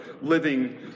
living